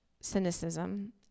cynicism